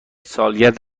سالگرد